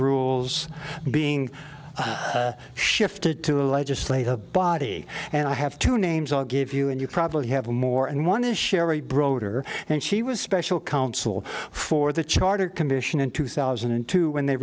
rules being shifted to a legislative body and i have two names i'll give you and you probably have more and one is sherry broder and she was special counsel for the charter commission in two thousand and two when they